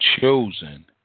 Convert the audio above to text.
chosen